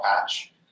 patch